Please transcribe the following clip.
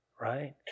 right